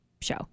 show